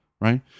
right